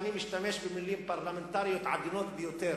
ואני משתמש במלים פרלמנטריות עדינות ביותר,